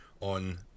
on